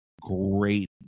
great